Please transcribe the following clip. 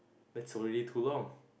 that's already too long